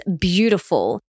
Beautiful